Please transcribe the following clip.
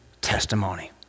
testimony